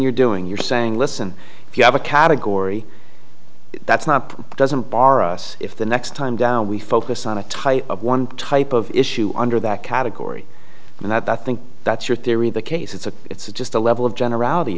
you're doing you're saying listen if you have a category that's not doesn't bar us if the next time down we focus on a type of one type of issue under that category and that i think that's your theory of the case it's a it's just a level of generality